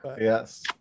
yes